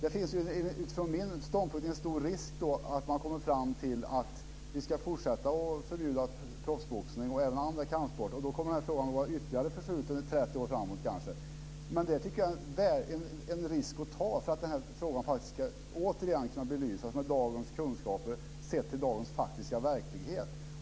Utifrån min ståndpunkt finns det en stor risk att man kommer fram till att vi ska fortsätta att förbjuda proffsboxning och även andra kampsporter. Då kommer frågan att förskjutas i kanske ytterligare 30 år framåt. Men jag tycker att den risken är värd att ta för att frågan återigen ska kunna belysas med dagens kunskaper och ses i dagens faktiska verklighet.